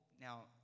now